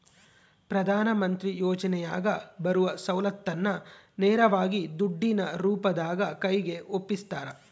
ಪ್ರಧಾನ ಮಂತ್ರಿ ಯೋಜನೆಯಾಗ ಬರುವ ಸೌಲತ್ತನ್ನ ನೇರವಾಗಿ ದುಡ್ಡಿನ ರೂಪದಾಗ ಕೈಗೆ ಒಪ್ಪಿಸ್ತಾರ?